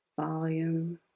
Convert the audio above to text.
volume